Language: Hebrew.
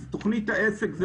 אז תוכנית העסק,